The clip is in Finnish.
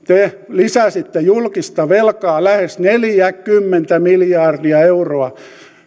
te lisäsitte julkista velkaa lähes neljäkymmentä miljardia euroa